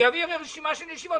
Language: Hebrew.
אביא רשימה של ישיבות.